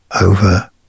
over